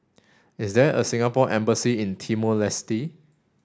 is there a Singapore embassy in Timor Leste